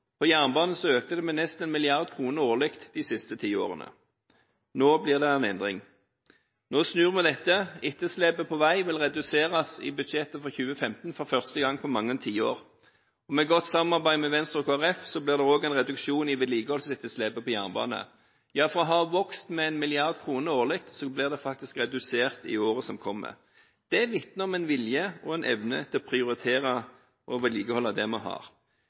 På jernbane har det økt med nesten 1 mrd. kr årlig de siste ti årene. Nå blir det en endring, nå snur vi dette. Etterslepet på vei vil i budsjettet for 2015 reduseres for første gang på mange tiår. Med et godt samarbeid med Venstre og Kristelig Folkeparti blir det også en reduksjon i vedlikeholdsetterslepet på jernbane. Fra å ha vokst med 1 mrd. kr årlig vil det faktisk bli redusert i året som kommer. Det vitner om en vilje og en evne til å prioritere å vedlikeholde det vi har.